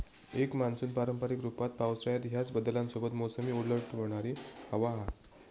एक मान्सून पारंपारिक रूपात पावसाळ्यात ह्याच बदलांसोबत मोसमी उलटवणारी हवा हा